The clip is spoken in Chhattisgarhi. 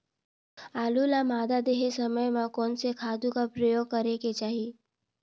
आलू ल मादा देहे समय म कोन से खातु कर प्रयोग करेके चाही?